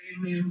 Amen